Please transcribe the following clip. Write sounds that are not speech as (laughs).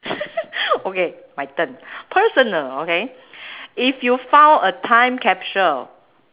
(laughs) okay my turn personal okay if you found a time capsule